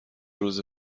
روزه